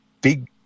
big